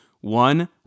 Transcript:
one